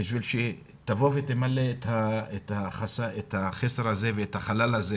כדי שיבואו וימלאו את החסר והחלל הזה